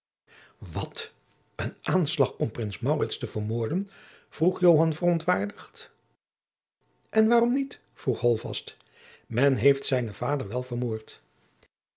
wat een aanslag om prins maurits te vermoorden vroeg joan verontwaardigd en waarom niet vroeg holtvast men heeft zijnen vader wel vermoord